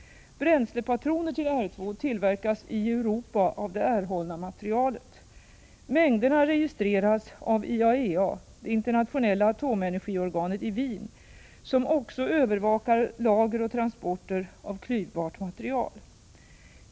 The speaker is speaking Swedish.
Bränslepatroner till R2 tillverkas i Europa av det erhållna materialet. Mängderna registreras av IAEA, det internationella atomenergiorganet i Wien, som också övervakar lager och transporter av klyvbart material.